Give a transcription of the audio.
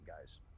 guys